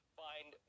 find